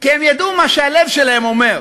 כי הם ידעו מה שהלב שלהם אומר,